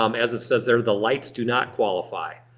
um as it says there the lights do not qualify.